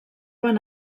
van